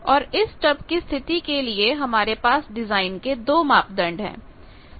और इस स्टब की स्थिति के लिए हमारे पास डिजाइन के दो मापदंड हैं